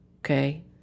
Okay